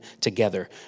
together